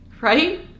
Right